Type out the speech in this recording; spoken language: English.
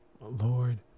Lord